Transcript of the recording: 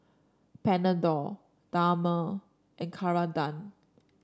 Panadol Dermale and Ceradan